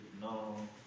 No